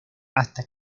hasta